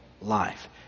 life